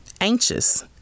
Anxious